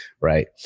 right